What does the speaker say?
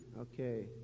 Okay